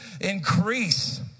increase